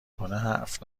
کنه، حرف